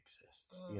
exists